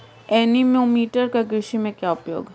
Anemometer का कृषि में क्या उपयोग है?